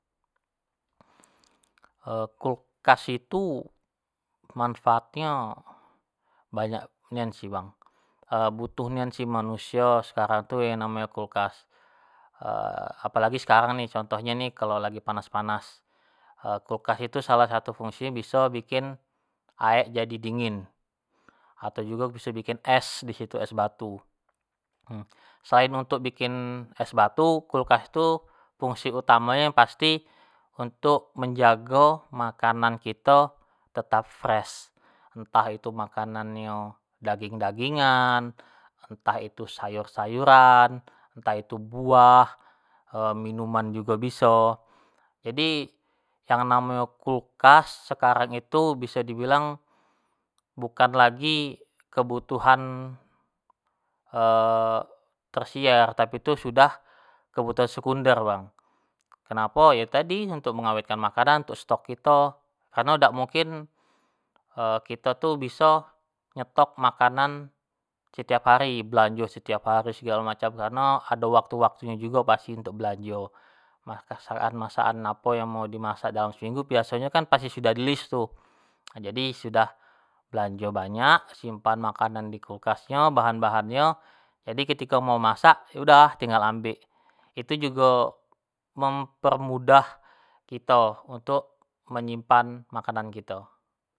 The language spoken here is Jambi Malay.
kulkas itu manfaat nyo banyak nian sih bang, butuh nian sih manusio sekarang tu yang namonyo kulkas apalagi sekarang ni, contoh nyo, kalo lagi panas-panas kulkas itu salah satu fungsi nyo biso bikin aek jadi dingin, atau jugo biso bikin es disitu es batu, selain untuk bikin es batu, kulkas tu fungsi utama nya yang pasti untuk menjago makanan kito tetap fresh, entah itu makanannyo daging-dagingan, entah itu sayur-sayuran. entah itu buah, minuman jugo biso, jadi yang namonyo kulkas sekarang itu biso dibilang bukan lagi kebutuhan tersier tapi itu sudah kebutuhan sekunder bang, kenapo yo tadi untuk mengawetkan makanan, untuk stok kito, kareno dak mungkin kito tu biso nyetok makanan setiap hari, belanjo setiap hari segalo macam kareno ado waktu nyo jugo pasti untuk belanjo, masak an-masak an apo yang mau dimasak dalam seminggu biaso nyo kan pasti sudah di list tu, nah jadi sudah belanjo banyak simpan makanan di kulkas nyo, bahan-bahan nyo, jadi ketiko mau masak, ya udah tinggal ambek, itu jugo mempermudah kito untuk menyimpan makanan kito.